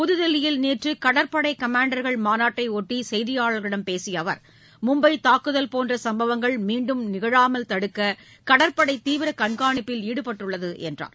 புதுதில்லியில் நேற்று கடற்படை கமாண்டர்கள் மாநாட்டையொட்டி செய்தியாளர்களிடம் பேசிய அவர் மும்பை தாக்குதல் போன்ற சம்பவங்கள் மீண்டும் நிகழாமல் தடுக்க கடற்படை தீவிர கண்காணிப்பில் ஈடுபட்டுள்ளது என்றார்